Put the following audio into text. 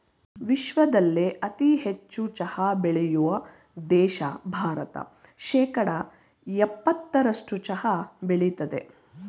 ವಿಶ್ವದಲ್ಲೇ ಅತಿ ಹೆಚ್ಚು ಚಹಾ ಬೆಳೆಯೋ ದೇಶ ಭಾರತ ಶೇಕಡಾ ಯಪ್ಪತ್ತರಸ್ಟು ಚಹಾ ಬೆಳಿತದೆ